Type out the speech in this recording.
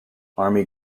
army